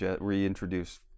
reintroduce